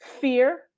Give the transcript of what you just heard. fear